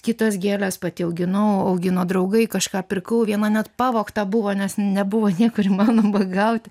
kitas gėles pati auginau augino draugai kažką pirkau viena net pavogta buvo nes nebuvo niekur įmanoma gaut